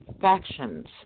factions